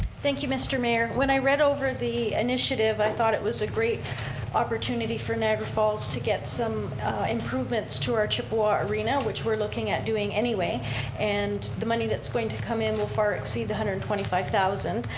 thank you, mr. mayor. when i read over the initiative, i thought it was a great opportunity for niagara falls to get some improvements to our chippewa arena which we're looking at doing anyway and the money that's going to come in will far exceed the one hundred and twenty five thousand.